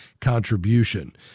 contribution